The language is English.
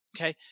Okay